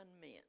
men